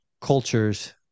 cultures